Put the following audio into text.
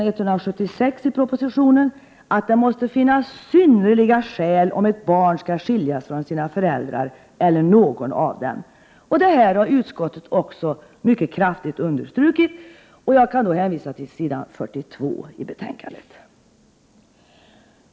176 i propositionen — att det måste finnas synnerliga skäl om ett barn skall skiljas från sina föräldrar eller någon av dem. Detta har utskottet också mycket kraftigt understrukit — jag hänvisar till s. 42 i betänkandet.